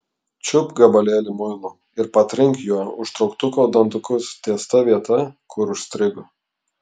čiupk gabalėlį muilo ir patrink juo užtrauktuko dantukus ties ta vieta kur užstrigo